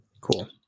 Cool